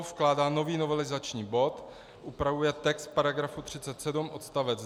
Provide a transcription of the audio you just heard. Vkládá nový novelizační bod, upravuje text § 37 odst.